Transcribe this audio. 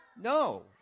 No